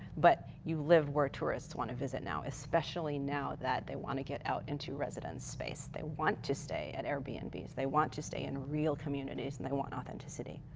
but you live where tourists want to visit now. especially now that they want to get out into residence space. they want to stay at airb and bs. they want to stay in real communities and they want authenticity.